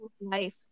life